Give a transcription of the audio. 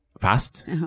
Fast